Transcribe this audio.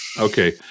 Okay